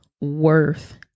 worth